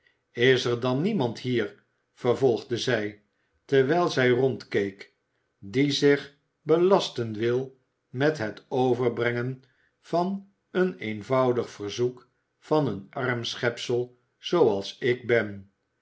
is er dan niemand hier vervolgde zij terwijl zij rondkeek die zich belasten wil met het overbrengen van een eenvoudig verzoek van een arm schepsel zooals ik ben